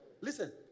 Listen